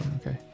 okay